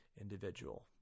individual